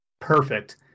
Perfect